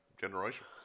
generation